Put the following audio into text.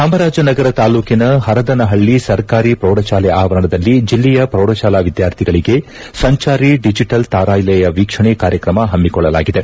ಚಾಮರಾಜನಗರ ತಾಲ್ಲೂಕಿನ ಹರದನಹಳ್ಳಿ ಸರ್ಕಾರಿ ಪ್ರೌಢಶಾಲೆ ಆವರಣದಲ್ಲಿ ಜಿಲ್ಲೆಯ ಪ್ರೌಢಶಾಲಾ ವಿದ್ವಾರ್ಥಿಗಳಿಗೆ ಸಂಚಾರಿ ಡಿಜೆಟಲ್ ತಾರಾಲಯ ವೀಕ್ಷಣೆ ಕಾರ್ಯಕ್ರಮ ಹಮ್ನಿಕೊಳ್ಳಲಾಗಿದೆ